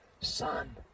Son